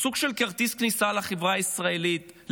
סוג של כרטיס כניסה לחברה הישראלית,